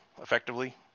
effectively